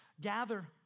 gather